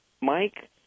Mike